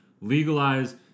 Legalize